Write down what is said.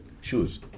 shoes